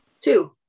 Two